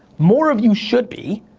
more of you should be.